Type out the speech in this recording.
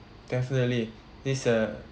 definitely this err